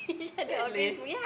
really